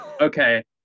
Okay